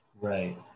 right